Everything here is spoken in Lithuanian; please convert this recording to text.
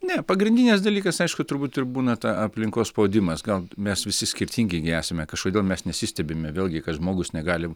ne pagrindinis dalykas aišku turbūt ir būna ta aplinkos spaudimas gal mes visi skirtingi gi esame kažkodėl mes nesistebime vėlgi kad žmogus negali